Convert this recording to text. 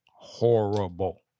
horrible